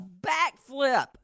backflip